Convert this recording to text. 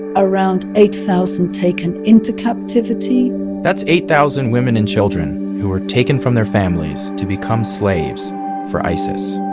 around eight thousand taken into captivity that's eight thousand women and children who were taken from their families to become slaves for isis